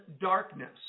darkness